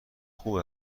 خوب